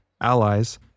allies